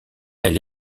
elle